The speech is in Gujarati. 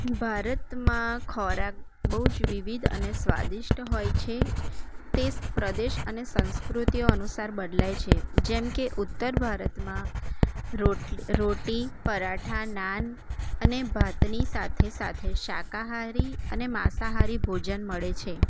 ભારતમાં ખોરાક બઉજ વિવિધ અને સ્વાદિષ્ટ હોય છે તેસ પ્રદેશ અને સંસ્કૃતિઓ અનુસાર બદલાય છે જેમ કે ઉતર ભારતમાં રોટી પરાઠા નાન અને ભાતની સાથે સાથે શાકાહારી અને માંસાહારી ભોજન મળે છે